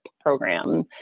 program